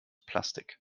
plastik